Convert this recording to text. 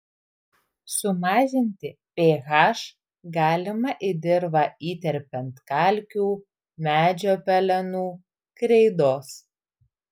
sumažinti ph galima į dirvą įterpiant kalkių medžio pelenų kreidos